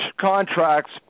contracts